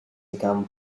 become